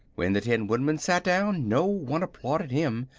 when the tin woodman sat down no one applauded him,